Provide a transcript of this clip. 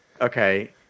Okay